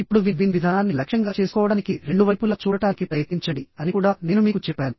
ఇప్పుడు win win విధానాన్ని లక్ష్యంగా చేసుకోవడానికి రెండు వైపులా చూడటానికి ప్రయత్నించండి అని కూడా నేను మీకు చెప్పాను